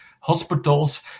hospitals